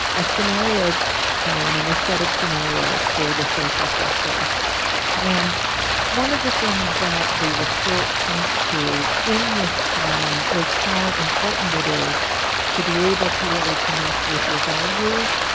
a scenario plan and a set of scenarios for the social sector and one of the things that the report points to in this time is how important it is to be able to really connect with your values.